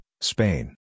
Spain